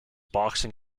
boxing